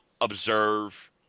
observe